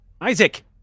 Isaac